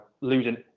losing